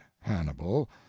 hannibal